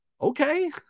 okay